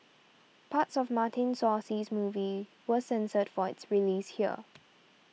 parts of Martin Scorsese's movie was censored for its release here